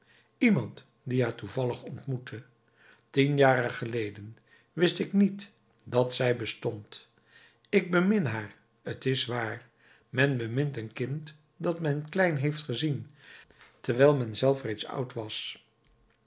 iemand die haar toevallig ontmoette tien jaren geleden wist ik niet dat zij bestond ik bemin haar t is waar men bemint een kind dat men klein heeft gezien terwijl men zelf reeds oud was